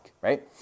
right